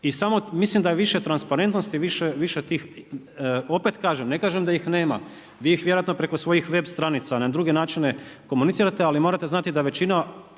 I samo, mislim da je više transparentnosti, više tih, opet kažem, ne kažem da ih nema, vi ih vjerojatno preko svojih web stranica i na druge načine komunicirate, ali morate zanati da većina,